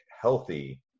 healthy